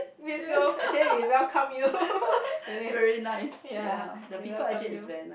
Miss Teoh actually we welcome you okay ya we welcome you